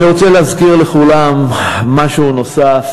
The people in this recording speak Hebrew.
אני רוצה להזכיר לכולם משהו נוסף.